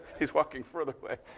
he's walking further away.